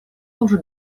уже